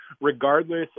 regardless